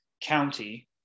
county